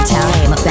time